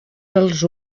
dels